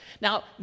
Now